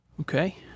okay